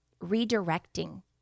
redirecting